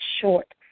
short